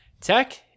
tech